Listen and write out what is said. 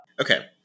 Okay